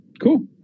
Cool